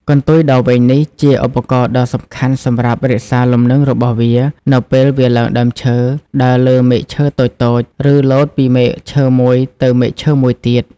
កន្ទុយដ៏វែងនេះជាឧបករណ៍ដ៏សំខាន់សម្រាប់ រក្សាលំនឹងរបស់វា នៅពេលវាឡើងដើមឈើ ដើរលើមែកឈើតូចៗ ឬលោតពីមែកឈើមួយទៅមែកឈើមួយទៀត។